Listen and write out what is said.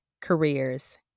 careers